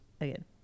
again